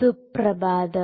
സുപ്രഭാതം